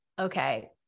okay